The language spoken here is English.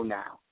now